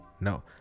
No